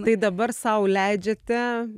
tai dabar sau leidžiate